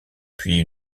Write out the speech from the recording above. puis